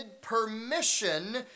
permission